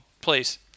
please